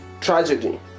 tragedy